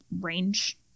range